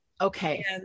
Okay